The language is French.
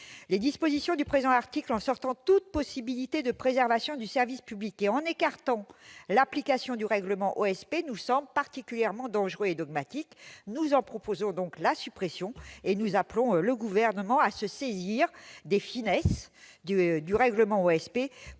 Les dispositions du présent article excluant toute possibilité de préservation du service public et écartant ainsi l'application du règlement OSP nous semblent particulièrement dangereuses et dogmatiques. Nous en proposons donc la suppression, et nous appelons le Gouvernement à se saisir des finesses du règlement OSP